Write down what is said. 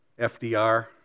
FDR